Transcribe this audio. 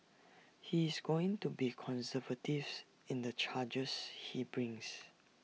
he is going to be conservatives in the charges he brings